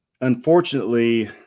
unfortunately